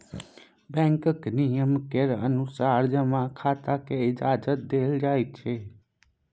बैंकक नियम केर अनुसार जमा खाताकेँ इजाजति देल जाइत छै